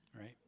right